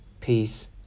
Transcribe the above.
peace